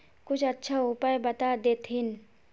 कुछ अच्छा उपाय बता देतहिन?